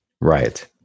Right